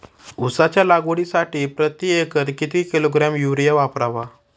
उसाच्या लागवडीसाठी प्रति एकर किती किलोग्रॅम युरिया वापरावा?